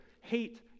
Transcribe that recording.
hate